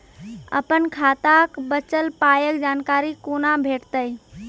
अपन खाताक बचल पायक जानकारी कूना भेटतै?